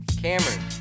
Cameron